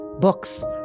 books